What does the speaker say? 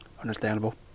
Understandable